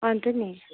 अन्त नि